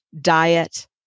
diet